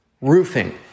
roofing